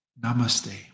Namaste